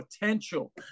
potential